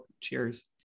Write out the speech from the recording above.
Cheers